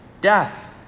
death